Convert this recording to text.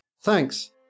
Thanks